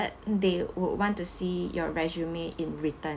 ~ted they would want to see your resume in return